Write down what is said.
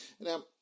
Now